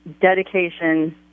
dedication